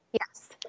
Yes